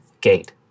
gate